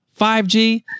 5G